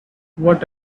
what